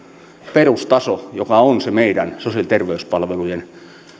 perustasolla joka on se meidän sosiaali ja terveyspalvelujen